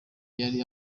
yari